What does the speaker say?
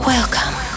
Welcome